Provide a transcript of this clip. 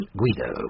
Guido